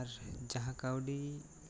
ᱟᱨ ᱢᱟᱦᱟᱸ ᱠᱟᱹᱣᱰᱤ